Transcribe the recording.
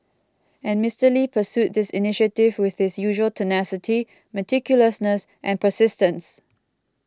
and Mister Lee pursued this initiative with his usual tenacity meticulousness and persistence